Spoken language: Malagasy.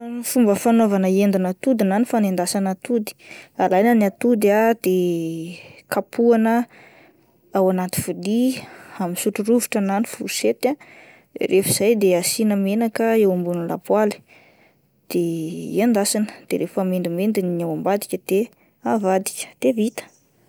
Fomba fanaovana endina atody na ny fanendasana atody, alaina ny atody ah de kapohina ao anaty vilia amin'ny sotro rovitra na ny fourchette ah, rehefa izay de asiana menaka eo ambony lapoaly de endasina de rehefa mendimendy ny ao ambadika de avadika de vita.